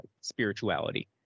spirituality